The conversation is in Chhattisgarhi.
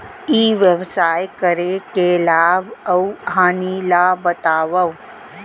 ई व्यवसाय करे के लाभ अऊ हानि ला बतावव?